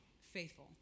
faithful